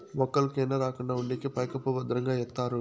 మొక్కలకు ఎండ రాకుండా ఉండేకి పైకప్పు భద్రంగా ఎత్తారు